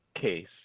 case